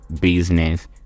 business